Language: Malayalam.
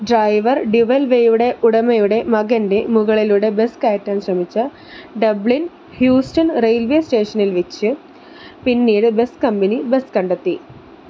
ഡ്രൈവർ ഡ്യുവൽവേയുടെ ഉടമയുടെ മകൻ്റെ മുകളിലൂടെ ബസ് കയറ്റാൻ ശ്രമിച്ച ഡബ്ലിൻ ഹ്യൂസ്റ്റൺ റെയിൽവേ സ്റ്റേഷനിൽ വെച്ച് പിന്നീട് ബസ് കമ്പനി ബസ് കണ്ടെത്തി